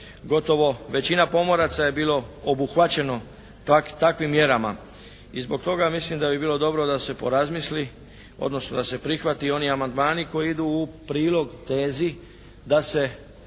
gotovo većina pomoraca je bilo obuhvaćeno takvim mjerama. I zbog toga mislim da bi bilo dobro da se porazmisli odnosno da se prihvate oni amandmani koji idu u prilog tezi da se